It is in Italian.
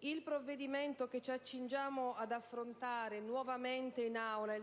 il provvedimento che ci accingiamo ad affrontare, il